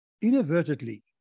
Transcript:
inadvertently